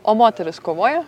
o moterys kovoja